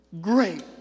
great